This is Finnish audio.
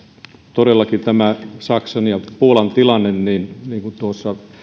todellakin tämä saksan ja puolan tilanne niin niin kuin tuossa